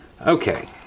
Okay